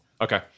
Okay